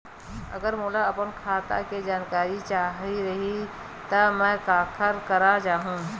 अगर मोला अपन खाता के जानकारी चाही रहि त मैं काखर करा जाहु?